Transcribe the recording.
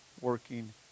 working